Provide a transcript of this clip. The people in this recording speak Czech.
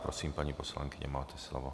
Prosím, paní poslankyně, máte slovo.